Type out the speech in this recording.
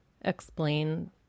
explain